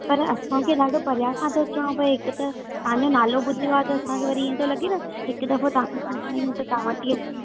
पर असांखे ॾाढो परियां खां तो अचणो पए हिकु त तांजो नालो ॿुधयो आ त असांखे वरी ईंअ तो लॻे न कि हिकु दफ़ो तांखां आयूं त तां वटि ई अचूं